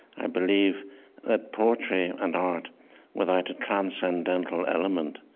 i believe that poetry and art without a transcendental element